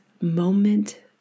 moment